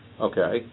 Okay